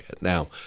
Now